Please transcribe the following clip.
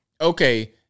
okay